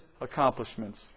accomplishments